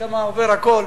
שם עובר הכול.